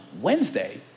Wednesday